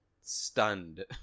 stunned